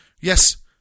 yes